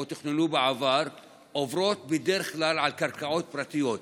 תוכננו בעבר עוברות בדרך כלל על קרקעות פרטיות.